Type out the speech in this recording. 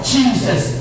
Jesus